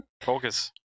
Focus